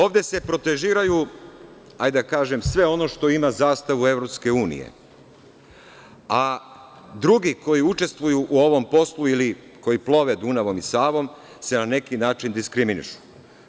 Ovde se protežiraju, hajde da kažem, sve ono što ima zastavu EU, a drugi koji učestvuju u ovom poslu ili koji plove Dunavom iSavom se na neki način diskriminišu.